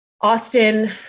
Austin